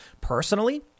Personally